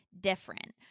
different